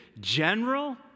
general